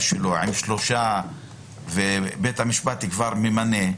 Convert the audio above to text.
שלו על שלושה ובית המשפט כבר ממנה,